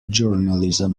journalism